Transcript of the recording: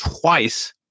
twice